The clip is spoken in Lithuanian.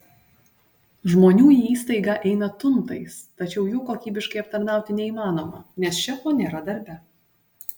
žmonių į įstaigą eina tuntais tačiau jų kokybiškai aptarnauti neįmanoma nes šefo nėra darbe